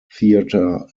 theatre